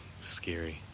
Scary